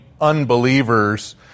unbelievers